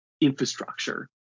infrastructure